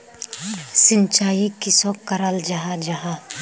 सिंचाई किसोक कराल जाहा जाहा?